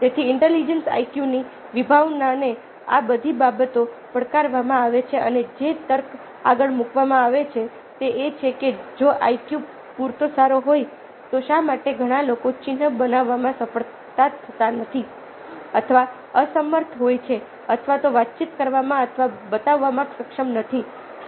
તેથી intelligence IQ ની વિભાવનાને આ બધી બાબતો પડકારવામાં આવે છે અને જે તર્ક આગળ મૂકવામાં આવે છે તે એ છે કે જો IQ પૂરતો સારો હોય તો શા માટે ઘણા લોકો ચિહ્ન બનાવવામાં સફળ થતા નથી અથવા અસમર્થ હોય છે અથવા તો વાતચીત કરવામાં અથવા બતાવવામાં સક્ષમ નથી